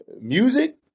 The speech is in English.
music